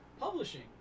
publishing